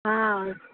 हा